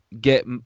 get